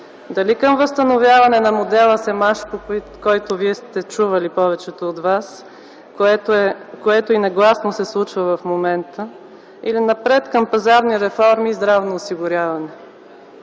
дали към възстановяване на „модела Семашко”, за който повечето от вас са чували, което негласно се случва в момента, или напред към пазарни реформи и здравно осигуряване.